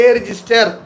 register